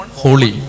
holy